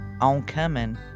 oncoming